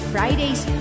Fridays